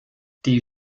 die